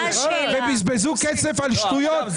ובזבזו כסף על שטויות,